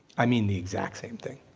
i mean the exact same thing.